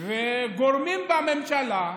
וגורמים בממשלה,